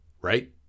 right